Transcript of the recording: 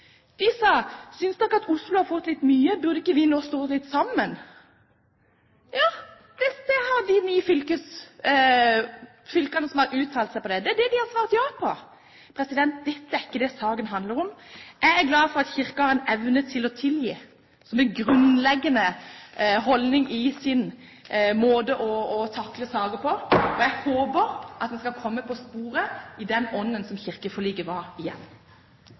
Synes dere at Oslo har fått litt mye, burde ikke vi nå stå litt sammen? Ja, det var det de ni fylkene som uttalte seg, sa. Det er dét de har svart ja på. Dette er ikke det saken handler om. Jeg er glad for at Kirken har evnen til å tilgi, som en grunnleggende holdning i sin måte å takle saker på, og jeg håper at man igjen skal komme på sporet i ånden til kirkeforliket.